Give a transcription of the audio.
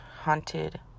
haunted